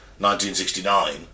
1969